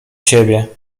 siebie